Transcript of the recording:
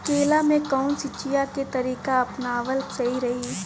केला में कवन सिचीया के तरिका अपनावल सही रही?